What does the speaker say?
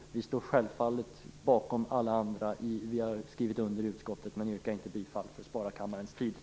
Vi står självfallet bakom alla andra också även om jag inte nu yrkar bifall till dem.